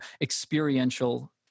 experiential